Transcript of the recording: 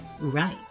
Right